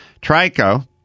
trico